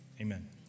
amen